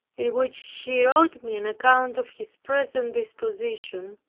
in which he wrote me an account of his present disposition,